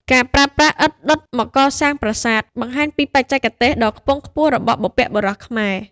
ការប្រើប្រាស់ឥដ្ឋដុតមកកសាងប្រាសាទ បង្ហាញពីបច្ចេកទេសដ៏ខ្ពង់ខ្ពស់របស់បុព្វបុរសខ្មែរ។